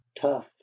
tough